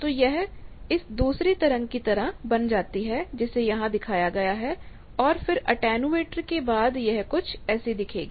तो यह इस दूसरी तरंग की तरह बन जाती है जिसे यहां दिखाया गया है और फिर एटेन्यूएटर के बाद यह कुछ ऐसी दिखेगी